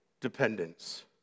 dependence